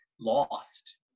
lost